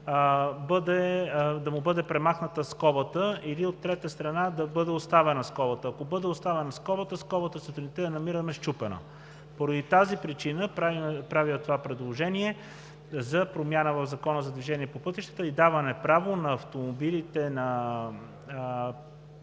да му бъде премахната скобата или, от трета страна, да бъде оставена скобата. Ако бъде оставена скобата, сутринта я намираме счупена. Поради тази причина правя това предложение за промяна в Закона за движение по пътищата и даване право на съответните